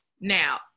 now